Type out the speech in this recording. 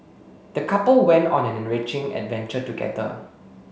the couple went on an enriching adventure together